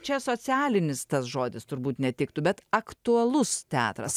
čia socialinis tas žodis turbūt netiktų bet aktualus teatras